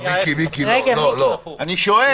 אני שואל.